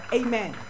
amen